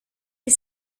est